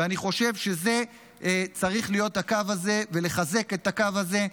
ואני חושב שזה צריך להיות הקו, לחזק את הקו הזה.